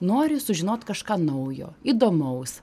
nori sužinot kažką naujo įdomaus